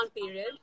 period